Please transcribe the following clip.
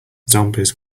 zombies